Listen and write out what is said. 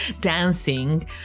dancing